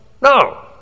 No